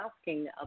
asking